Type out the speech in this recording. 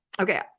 Okay